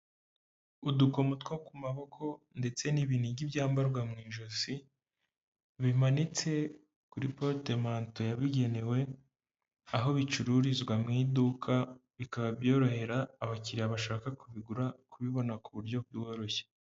Udukomo two ku maboko ndetse n'ibinigi byambarwa mu ijosi, bimanitse kuri porutemanto yabigenewe aho bicururizwa mu iduka, bikaba byorohera abakiriya bashaka kubigura kubibona ku buryo bworoshye.